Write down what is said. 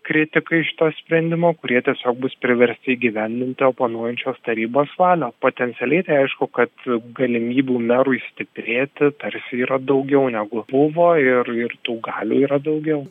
kritikai šito sprendimo kurie tiesiog bus priversti įgyvendinti oponuojančios tarybos valią potencialiai tai aišku kad galimybių merui stiprėti tarsi yra daugiau negu buvo ir ir tų galių yra daugiau